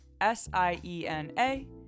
S-I-E-N-A